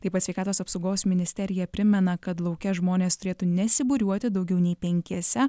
taip pat sveikatos apsaugos ministerija primena kad lauke žmonės turėtų nesibūriuoti daugiau nei penkiese